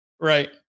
Right